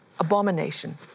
abomination